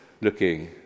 looking